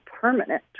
permanent